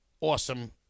Awesome